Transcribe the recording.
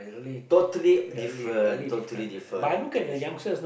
totally different totally different I'm telling you so